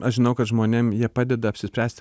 aš žinau kad žmonėm jie padeda apsispręst